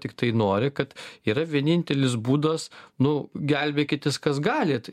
tiktai nori kad yra vienintelis būdas nu gelbėkitės kas galit